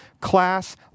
class